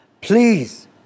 Please